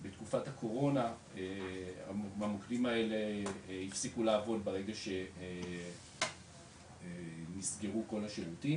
בתקופת הקורונה במוקדים האלה הפסיקו לעבוד ברגע שנסגרו כל השירותים,